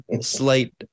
slight